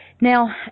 Now